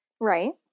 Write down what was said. Right